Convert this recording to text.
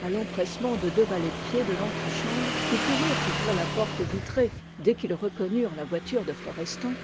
à l'empressement de deux valets de pied de l'antichambre qui coururent ouvrir la porte vitrée dès qu'ils reconnurent la voiture de florestan